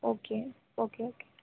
okay okay okay